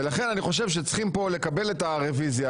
ולכן אני חושב שצריכים פה לקבל את הרוויזיה,